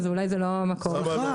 אז אולי זה לא מקור טוב.